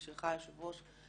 ושלך היושב-ראש.